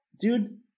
dude